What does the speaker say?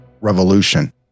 Revolution